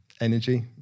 energy